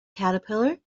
caterpillar